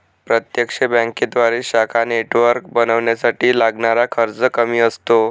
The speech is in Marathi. प्रत्यक्ष बँकेद्वारे शाखा नेटवर्क बनवण्यासाठी लागणारा खर्च कमी असतो